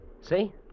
See